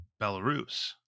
belarus